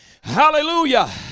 Hallelujah